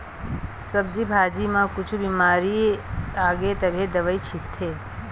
सब्जी भाजी म कुछु बिमारी आगे तभे दवई छितत हे